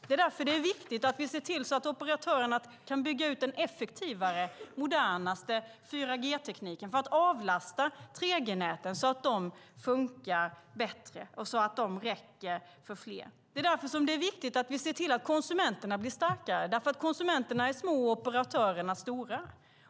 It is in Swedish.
Det är därför det är viktigt att vi ser till så att operatörerna kan bygga ut den effektivare, moderna 4G-tekniken för att avlasta 3G-näten så att de funkar bättre och räcker för fler. Det är därför det är viktigt att vi ser till att konsumenterna blir starkare, därför att konsumenterna är små och operatörerna är stora.